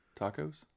tacos